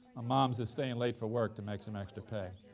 mom is is staying late for work to make some extra pay.